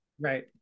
Right